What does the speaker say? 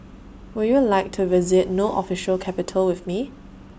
Would YOU like to visit No Official Capital with Me